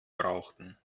brauchen